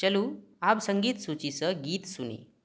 चलू आब सङ्गीत सूचीसँ गीत सुनी